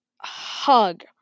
Hug